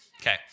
Okay